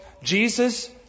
Jesus